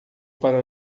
para